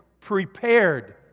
prepared